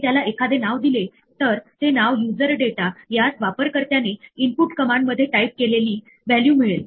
आपण एखाद्या त्रुटीचा अंदाज लावू शकत असल्यास आपण त्यास त्रुटी म्हणून नव्हे तर अपवाद म्हणून प्राधान्य देऊया